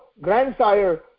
grandsire